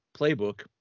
playbook